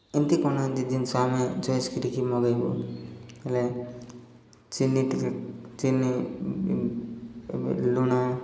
ଏମିତି କ'ଣ ଏମିତି ଜିନିଷ ଆମେ ଚଏସ୍ କିିରିକି ମଗାଇବୁ ହେଲେ ଚିନି ଟିକିଏ ଚିନି ଏବେ ଲୁଣ